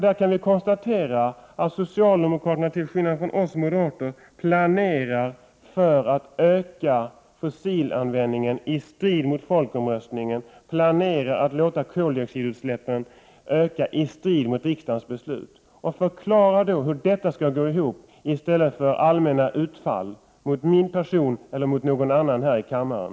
Där kan vi konstatera att socialdemokraterna till skillnad från oss moderater planerar för att öka fossilanvändningen i strid med folkomröstningen och planerar att låta koldioxidutsläppen öka i strid med riksdagens beslut. Förklara hur det här skall gå ihop i stället för allmänna angrepp mot min person eller någon annan här i kammaren!